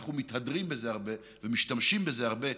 ואנחנו מתהדרים בזה הרבה ומשתמשים בזה הרבה,